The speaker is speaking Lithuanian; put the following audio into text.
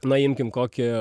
na imkim kokį